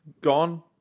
Gone